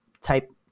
type